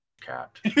Cat